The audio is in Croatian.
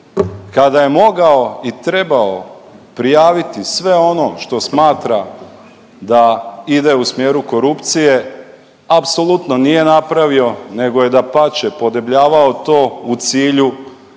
kada je mogao i trebao prijaviti sve ono što smatra da ide u smjeru korupcije apsolutno nije napravio nego je dapače podebljavao to u cilju štete prije